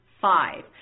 five